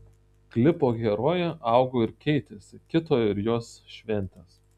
klipo herojė augo ir keitėsi kito ir jos šventės